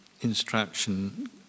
instruction